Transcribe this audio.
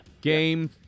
Game